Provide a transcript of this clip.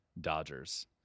dodgers